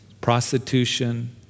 prostitution